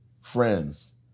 friends